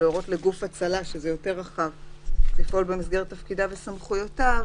"להורות לגוף הצלה לפעול במסגרת תפקידיו וסמכויותיו",